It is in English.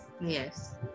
Yes